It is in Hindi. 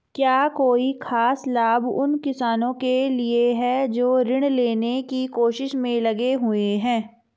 क्या कोई खास लाभ उन किसानों के लिए हैं जो ऋृण लेने की कोशिश में लगे हुए हैं?